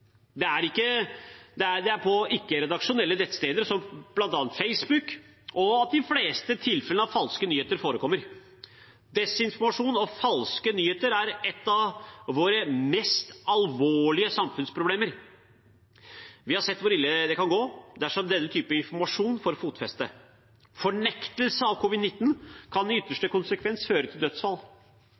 Det er på ikke-redaksjonelle nettsteder, som bl.a. Facebook, at de fleste tilfeller av falske nyheter forekommer. Desinformasjon og falske nyheter er et av våre mest alvorlige samfunnsproblem. Vi har sett hvor ille det kan gå dersom denne typen informasjon får fotfeste. Fornektelse av covid-19 kan i ytterste konsekvens føre til dødsfall.